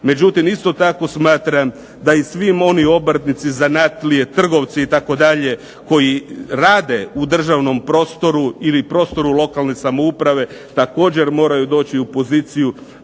Međutim, isto tako smatram da i svi oni obrtnici, zanatlije, trgovci itd. koji rade u državnom prostoru ili prostoru lokalne samouprave također moraju doći u poziciju